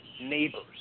neighbors